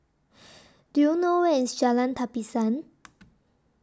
Do YOU know Where IS Jalan Tapisan